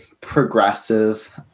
progressive